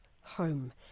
Home